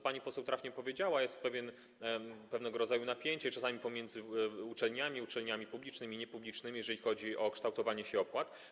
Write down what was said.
Pani poseł trafnie powiedziała, że jest pewnego rodzaju napięcie pomiędzy uczelniami, uczelniami publicznymi i niepublicznymi, jeżeli chodzi o kształtowanie się opłat.